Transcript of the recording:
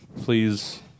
please